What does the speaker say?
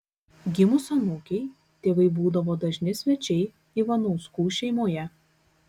gimus anūkei tėvai būdavo dažni svečiai ivanauskų šeimoje